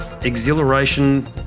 exhilaration